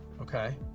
Okay